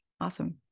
Awesome